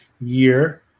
year